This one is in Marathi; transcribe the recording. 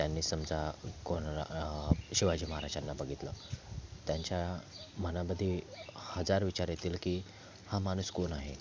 त्यांनी समजा कोण शिवाजी महाराजांना बघितलं त्यांच्या मनामधे हजार विचार येतील की हा माणूस कोण आहे